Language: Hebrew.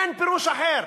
אין פירוש אחר